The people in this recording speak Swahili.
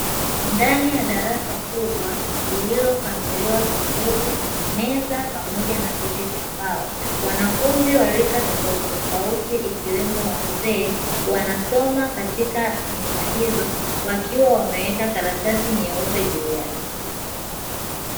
Ndani ya darasa kubwa lililopangiliwa vizuri meza pamoja na viti vya mbao, wanafunzi wa rika tofauti tofauti ikiwemo wazee wanasoma katika meza hizo wakiwa wameweka karatasi nyeupe juu yake.